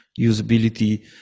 usability